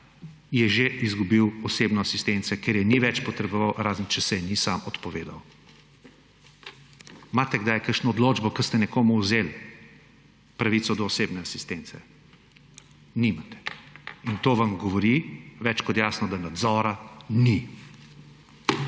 je že izgubil osebno asistenco, ker je ni več potreboval, razen če se ji ni sam odpovedal. Imate kdaj kakšno odločbo, ko ste nekomu odvzeli pravico do osebne asistence? Nimate. In to vam govori več kot jasno, da nadzora ni.